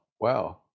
wow